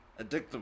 addictive